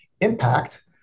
impact